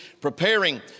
preparing